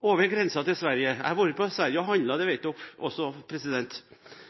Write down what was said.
over grensen til Sverige. Jeg har vært i Sverige og handlet – det vet dere også